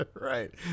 Right